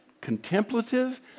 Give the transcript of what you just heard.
contemplative